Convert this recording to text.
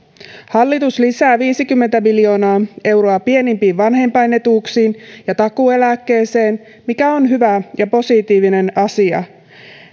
hallitus lisää viisikymmentä miljoonaa euroa pienimpiin vanhempainetuuksiin ja takuueläkkeeseen mikä on hyvä ja positiivinen asia